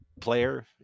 player